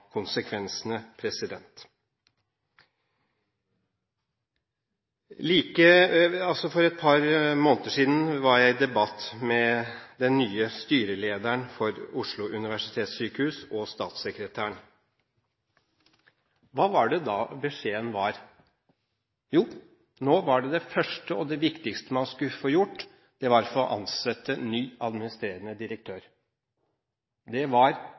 konsekvensene. For et par måneder siden var jeg i debatt med den nye styrelederen for Oslo universitetssykehus og statssekretæren. Hva var da beskjeden? Jo, det første og det viktigste man skulle få gjort, var å få ansatt ny administrerende direktør. Det var